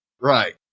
Right